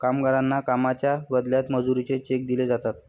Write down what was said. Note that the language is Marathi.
कामगारांना कामाच्या बदल्यात मजुरीचे चेक दिले जातात